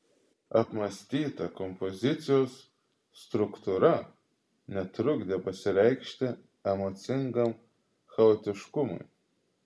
apmąstyta kompozicijos struktūra netrukdė pasireikšti emocingam chaotiškumui